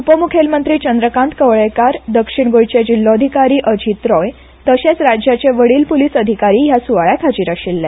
उपमुखेलमंत्री चंद्रकांत कवळेंकार दक्षीण गोंयचे जिल्होधिकारी अजीत रॉय तशेंच राज्याचे वडील प्लीस अधिकारी ह्या सुवाळ्याक हाजीर आशिल्ले